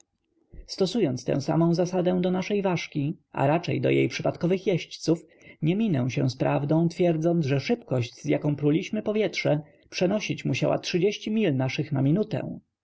stosując tę sarnę zasadę do naszej ważki a raczej do jej przypadkowych jeźdźców nie minę się z prawdą twierdząc że szybkość z jaką pruliśmy powietrze przenosić musiała mil naszych na minutę